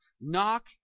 knock